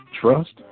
trust